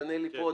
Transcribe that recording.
תענה לי פה,